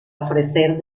ofrecer